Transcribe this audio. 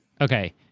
Okay